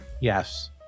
Yes